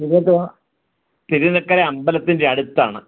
തിരുന്നക്കര തിരുന്നക്കര അമ്പലത്തിൻ്റെ അടുത്താണ്